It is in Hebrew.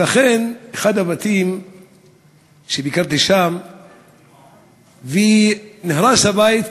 ולכן, אחד הבתים שביקרתי, נהרס הבית